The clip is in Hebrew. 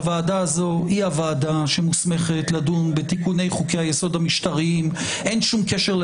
אנחנו רואים כמה יש תפירות